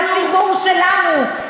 על הציבור שלנו,